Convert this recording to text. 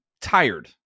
tired